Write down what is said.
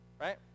right